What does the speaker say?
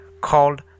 called